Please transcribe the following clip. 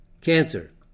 Cancer